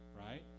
right